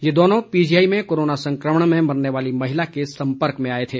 ये दोनों पीजीआई में कोरोना संक्रमण में मरने वाली महिला के संपर्क में आए थे